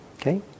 okay